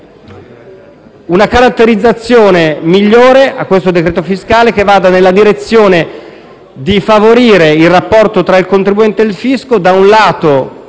una caratterizzazione migliore a questo decreto fiscale che va nella direzione di favorire il rapporto tra il contribuente e il fisco, da un lato,